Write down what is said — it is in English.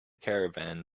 caravan